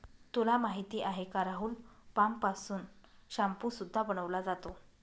तुला माहिती आहे का राहुल? पाम पासून शाम्पू सुद्धा बनवला जातो